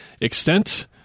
extent